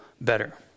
better